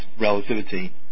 relativity